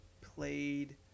played